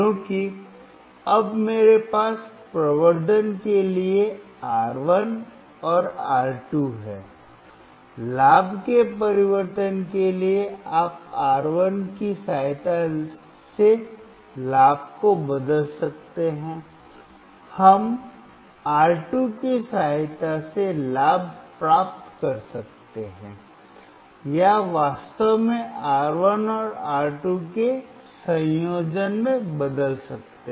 क्योंकि अब मेरे पास प्रवर्धन के लिए R1 और R2 हैं लाभ के परिवर्तन के लिए आप R1 की सहायता से लाभ को बदल सकते हैं हम R2 की सहायता से लाभ प्राप्त कर सकते हैं या वास्तव में R1 और R2 के संयोजन में बदल सकते हैं